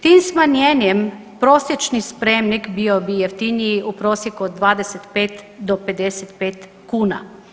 Tim smanjenjem prosječni spremnik bio bi jeftiniji u prosjeku od 25 do 55 kuna.